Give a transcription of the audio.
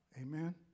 Amen